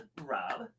Rob